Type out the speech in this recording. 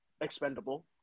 expendable